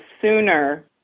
sooner